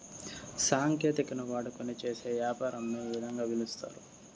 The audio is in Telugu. సాంకేతికతను వాడుకొని చేసే యాపారంను ఈ విధంగా పిలుస్తారు